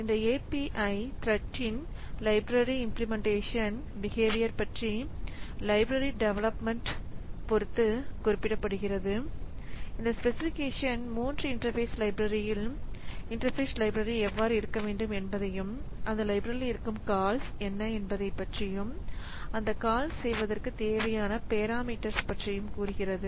இந்த API த்ரெட்ன்லைப்ரரி implementation behaviour பற்றி லைப்ரரி டேவலப்மன்ட் பொருத்து குறிப்பிடுகிறது இந்த பேசிபிகேஷன் 3 இன்டர்பேஸ் லைப்ரரில் இன்டர்பேஸ் லைப்ரரி எவ்வாறு இருக்க வேண்டும் என்பதையும் அந்த லைப்ரரியில் இருக்கும் கால்ஸ் என்ன என்பது பற்றியும் அந்த கால்ஸ் செய்வதற்கு தேவையான பேராமீட்டர்ஸ் பற்றியும் கூறுகிறது